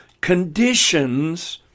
conditions